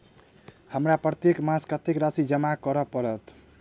हमरा प्रत्येक मास कत्तेक राशि जमा करऽ पड़त?